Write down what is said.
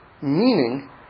Meaning